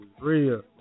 real